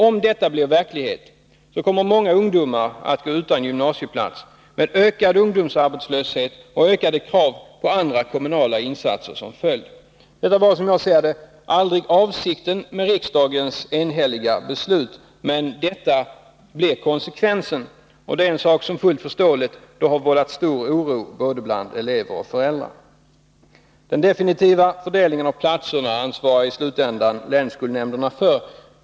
Om detta blir verklighet, kommer många ungdomar att bli utan gymnasieplats, med ökad ungdomsarbetslöshet och ökade krav på andra kommunala insatser som följd. Detta var som jag ser det aldrig avsikten med riksdagens enhälliga beslut, men konsekvensen blir denna, och det har — fullt förståeligt — vållat stor oro både bland elever och bland föräldrar. Den definitiva fördelningen av platserna ansvarar länsskolnämnderna för.